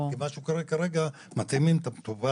כי מה שקורה כרגע מתאימים את המטופל